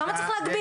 למה צריך להגביל?